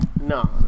No